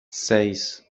seis